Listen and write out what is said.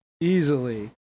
Easily